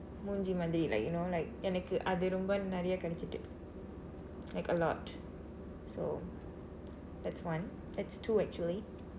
முகம் மாதிரி:mukam maathiri like you know like எனக்கு அது ரொம்ப நிறைய கடைத்துட்டு:enakku athu rompa niraya kidaiththutdu like a lot so that's one that's two actually